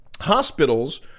Hospitals